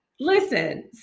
Listen